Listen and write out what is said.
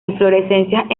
inflorescencias